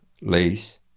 lease